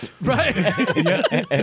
right